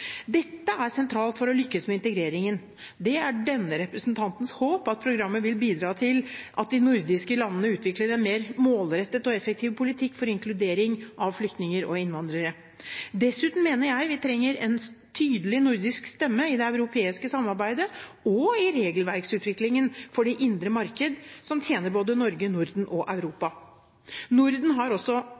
Dette er sentralt for å lykkes med integreringen. Det er denne representantens håp at programmet vil bidra til at de nordiske landene utvikler en mer målrettet og effektiv politikk for inkludering av flyktninger og innvandrere. Dessuten mener jeg at vi trenger en tydelig nordisk stemme i det europeiske samarbeidet og i regelverksutviklingen for det indre marked som tjener både Norge, Norden og Europa. Norden har også